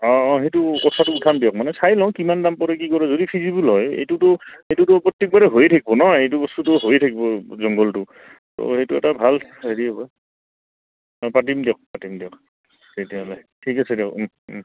অঁ অঁ সেইটো কথাটো উঠাম দিয়ক মানে চাই লওঁ কিমান দাম পৰে কি কৰে যদি ফিজিবল হয় এইটো এইটোতো প্ৰত্যেকবাৰে হৈয় থাকিব ন এইটো বস্তুটো হৈয়ে থাকিব জংঘলটো সেইটো এটা ভাল হেৰি হ'ব মই পাতিম দিয়ক পাতিম দিয়ক তেতিয়াহ'লে ঠিক আছে দিয়ক